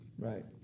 Right